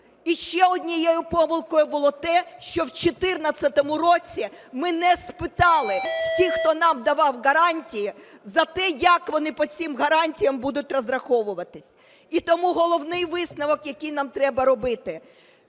І ще однією помилкою було те, що в 14-му році ми не спитали в тих, хто нам давав гарантії, за те, як вони по цих гарантіях будуть розраховуватись. І тому головний висновок, який нам треба робити: